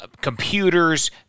computers